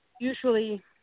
usually